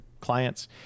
clients